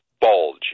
bulge